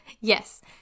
Yes